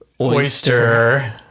oyster